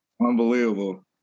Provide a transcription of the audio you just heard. Unbelievable